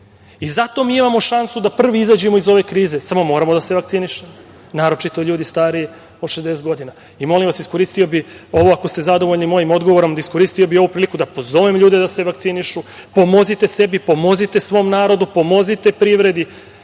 mi imamo šansu da prvi izađemo iz ove krize, samo moramo da se vakcinišemo, naročito ljudi stariji od 60 godina. Molim vas, iskoristio bih ovo, ako ste zadovoljni mojim odgovorom, iskoristio bih ovu priliku da pozovem ljude da se vakcinišu. Pomozite sebi, pomozite svom narodu, pomozite privredi.